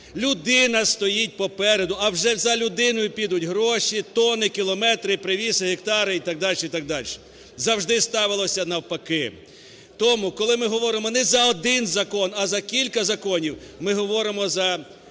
людина стоїть попереду, а вже за людиною підуть гроші, тонни, кілометри, привіси, гектари і так дальше, і так дальше. Завжди ставилося навпаки. Тому коли ми говоримо не за один закон, а за кілька законів, ми говоримо за